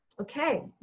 Okay